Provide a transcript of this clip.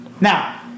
Now